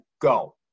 go